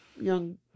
young